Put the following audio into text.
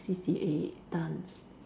C_C_A dance